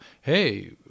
Hey